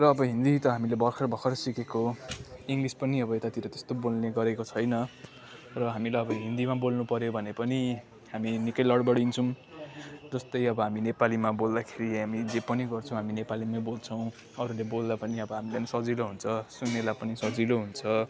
र अब हिन्दी त हामीले भर्खर भर्खर सिकेको हो इङ्गलिस पनि अब यतातिर त्यस्तो बोल्ने गरेको छैन र हामीलाई अब हिन्दीमा बोल्नुपर्यो भने पनि हामी निकै लर्बरिन्छौँ जस्तै अब हामी नेपालीमा बोल्दाखेरि हामी जे पनि गर्छौँ हामी नेपालीमै बोल्छौँ अरूले बोल्दा पनि अब हामीलाई पनि सजिलो हुन्छ सुन्नेलाई पनि सजिलो हुन्छ